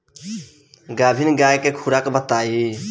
गाभिन गाय के खुराक बताई?